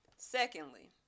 secondly